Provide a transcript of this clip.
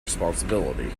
responsibility